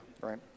right